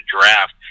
draft